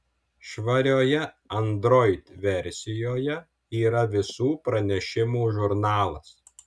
švarioje android versijoje yra visų pranešimų žurnalas